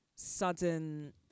sudden